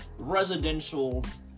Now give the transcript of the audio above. Residentials